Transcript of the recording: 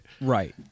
Right